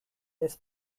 des